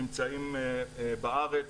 נמצאים בארץ,